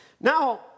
Now